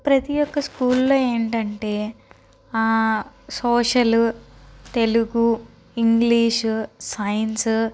ప్రతి ఒక స్కూల్లో ఏంటంటే సోషలు తెలుగు ఇంగ్లీషు సైన్స్